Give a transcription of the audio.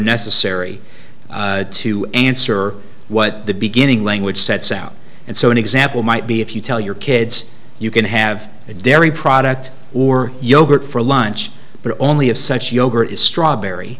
necessary to answer what the beginning language sets out and so an example might be if you tell your kids you can have a dairy product or yogurt for lunch but only if such yogurt is strawberry